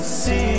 see